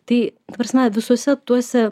tai ta prasme visuose tuose